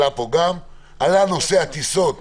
טיסות